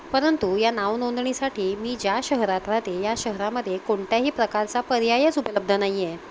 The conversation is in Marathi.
परंतु या नावनोंदणीसाठी मी ज्या शहरात राहते या शहरामध्ये कोणत्याही प्रकारचा पर्यायच उपलब्ध नाही आहे